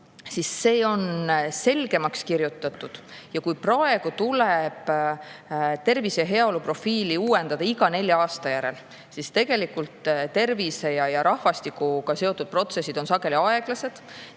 See on selgemaks kirjutatud. Kui praegu tuleb tervise ja heaolu profiili uuendada iga nelja aasta järel, siis tegelikult tervise ja rahvastikuga seotud protsessid on sageli aeglased.